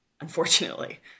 unfortunately